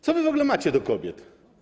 Co wy w ogóle macie do kobiet?